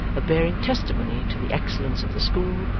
of bearing testimony to the excellence of the school,